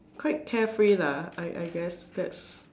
quite carefree lah I I guess that's